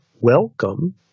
welcome